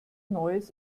neues